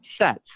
sets